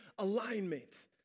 Alignment